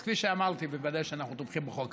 אז כפי שאמרתי, ודאי שאנחנו תומכים בחוק הזה.